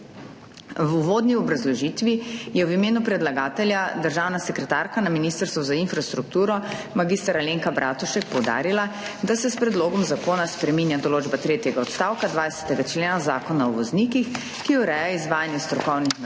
V uvodni obrazložitvi je v imenu predlagatelja državna sekretarka na Ministrstvu za infrastrukturo mag. Alenka Bratušek poudarila, da se s predlogom zakona spreminja določba tretjega odstavka 20. člena Zakona o voznikih, ki ureja izvajanje strokovnih nadzorov